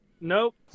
Nope